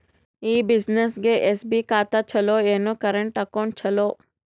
ಈ ಬ್ಯುಸಿನೆಸ್ಗೆ ಎಸ್.ಬಿ ಖಾತ ಚಲೋ ಏನು, ಕರೆಂಟ್ ಅಕೌಂಟ್ ಚಲೋ?